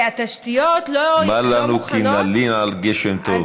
מה לנו כי נלין על גשם טוב?